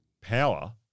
power